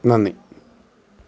നന്ദി